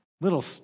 little